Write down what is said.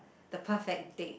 the perfect date